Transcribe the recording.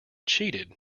cheated